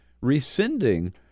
rescinding